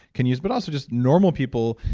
can use. but also, just normal people,